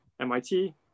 MIT